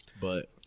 But-